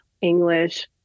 English